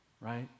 right